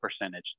percentage